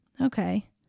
Okay